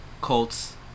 Colts